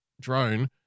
drone